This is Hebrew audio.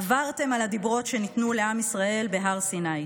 עברתם על הדיברות שניתנו לעם ישראל בהר סיני.